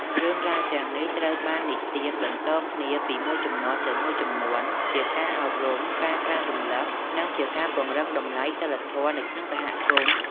រឿងរ៉ាវទាំងនេះត្រូវបាននិទានបន្តគ្នាពីមួយជំនាន់ទៅមួយជំនាន់ ជាការអប់រំ ការក្រើនរំលឹក និងជាការពង្រឹងតម្លៃសីលធម៌នៅក្នុងសហគមន៍។